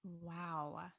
Wow